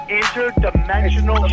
interdimensional